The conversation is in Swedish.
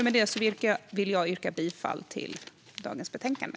Med detta vill jag yrka bifall till utskottets förslag i dagens betänkande.